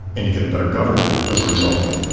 and you get a better government as a result of it.